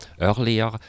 earlier